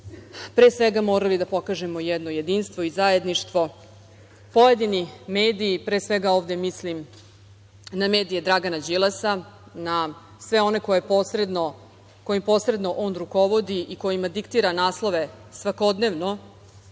pre svega, morali da pokažemo jedno jedinstvo i zajedništvo, pojedini mediji, pre svega ovde mislim na medije Dragana Đilasa, na sve one kojim posredno on rukovodi i kojima diktira naslove svakodnevno,